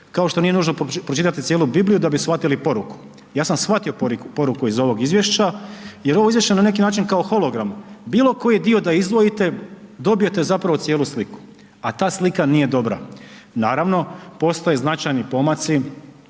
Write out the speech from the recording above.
kao što nije nužno pročitati cijelu Bibliju da bi shvatili poruku, ja sam shvatio poruku iz ovog izvješća jer ovo izvješće na neki način kao hologram, bilokoji dio da izdvojite dobijete zapravo cijelu sliku a ta slika nije dobra, naravno postoje značajni pomaci,